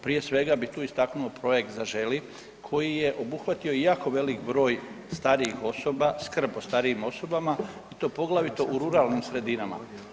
Prije svega bi tu istaknuo projekt Zaželi, koji je obuhvatio jako velik broj starijih osoba, skrb o starijim osobama i to poglavito u ruralnim sredinama.